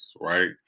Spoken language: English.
right